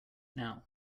now